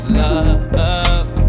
love